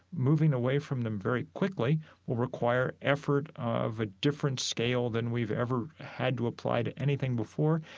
moving away from them very quickly will require effort of a different scale than we've ever had to apply to anything before.